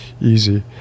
easy